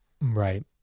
Right